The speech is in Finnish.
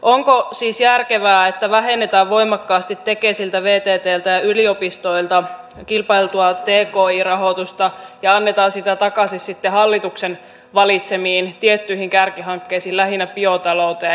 onko siis järkevää että vähennetään voimakkaasti tekesiltä vttltä ja yliopistoilta kilpailtua tki rahoitusta ja annetaan sitä takaisin sitten hallituksen valitsemiin tiettyihin kärkihankkeisiin lähinnä biotalouteen